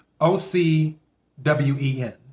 O-C-W-E-N